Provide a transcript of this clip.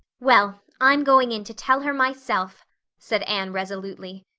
well, i'm going in to tell her myself said anne resolutely.